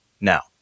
now